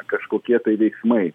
kažkokie tai veiksmai